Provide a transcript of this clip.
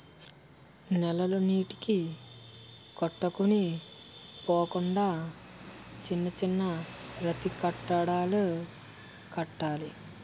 నేలలు నీటికి కొట్టుకొని పోకుండా చిన్న చిన్న రాతికట్టడాలు కట్టాలి